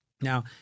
Now